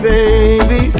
Baby